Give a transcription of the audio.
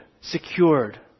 secured